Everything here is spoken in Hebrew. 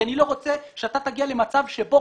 כי אני לא רוצה שאתה תגיע למצב שבו